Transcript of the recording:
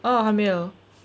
orh 还没有